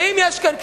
ואם יש כאן כנות,